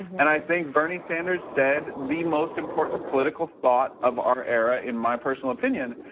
and i think bernie sanders said the most important political thought of our era in my personal opinion,